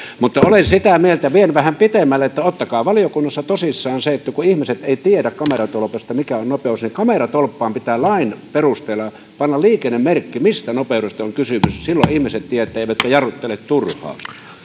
mutta olen sitä mieltä ja vien vähän pitemmälle että ottakaa valiokunnassa tosissaan se että kun ihmiset eivät tiedä kameratolpasta mikä on nopeus niin kameratolppaan pitää lain perusteella panna liikennemerkki mistä nopeudesta on kysymys ja silloin ihmiset tietävät eivätkä jarruttele turhaan